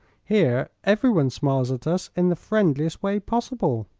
here everyone smiles at us in the friendliest way possible.